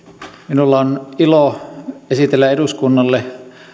minulla on ilo esitellä eduskunnalle